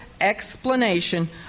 explanation